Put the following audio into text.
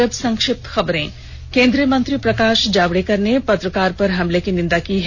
और अब संक्षिप्त खबरें केंद्रीय मंत्री प्रकाश जावड़ेकर ने पत्रकारों पर हमले की निंदा की है